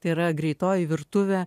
tai yra greitoji virtuvė